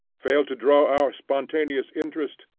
fail to draw our spontaneous interest,